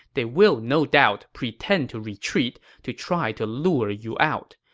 they will no doubt pretend to retreat to try to lure you out.